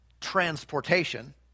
transportation